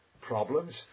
problems